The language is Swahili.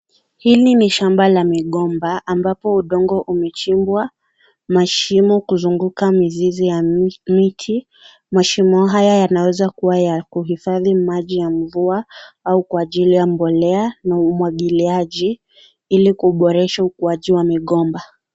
Hili ni shamba la migomba, ambapo udongo umechimvwa, mashimo kuzunguka mizizi ya miti, mashimo haya yanaweza kuwa ya kuhifadhi maji ya mvua, au kwa ajili ya mbolea na umwagiliaji, ili kuboresha ukuaji wa migomba.